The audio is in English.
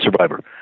Survivor